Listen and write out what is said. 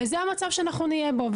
וזה המצב שאנחנו נהיה בו.